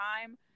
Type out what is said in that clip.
time